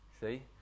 See